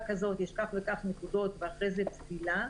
כזאת וכזאת יש כך וכך נקודות ואחרי זה פסילה,